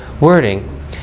wording